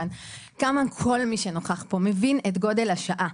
כמה כל מי שנוכח פה מבין את גודל השעה.